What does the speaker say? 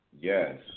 yes